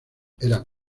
eran